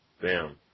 Bam